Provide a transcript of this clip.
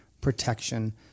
protection